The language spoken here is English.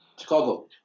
Chicago